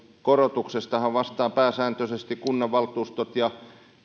korotuksestahan vastaavat pääsääntöisesti kunnanvaltuustot ja